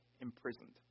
imprisoned